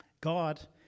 God